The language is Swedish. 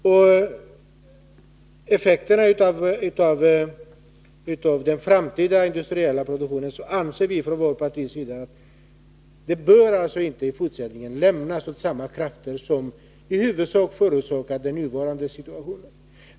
När det gäller effekterna för den framtida industriella produktionen anser vi från vårt partis sida att ansvaret inte bör lämnas åt samma krafter som i huvudsak förorsakat den nuvarande situationen.